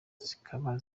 zikaba